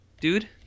dude